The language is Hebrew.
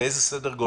באיזה סדר גודל?